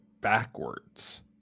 backwards